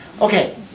Okay